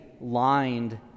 lined